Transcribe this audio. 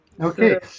Okay